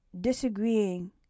disagreeing